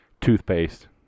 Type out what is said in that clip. toothpaste